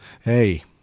Hey